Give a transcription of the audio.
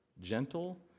gentle